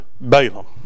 Balaam